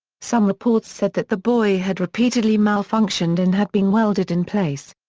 some reports said that the buoy had repeatedly malfunctioned and had been welded in place.